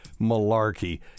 malarkey